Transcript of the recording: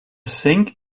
think